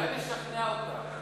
אולי נשכנע אותך.